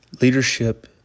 leadership